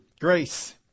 grace